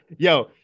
Yo